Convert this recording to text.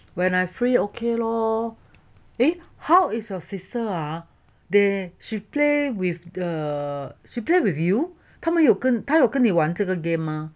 when I free okay lor eh how is your sister ah they she play with the~ she play with you 他们有跟他有跟你玩这个 game mah